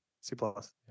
C-plus